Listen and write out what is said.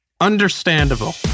Understandable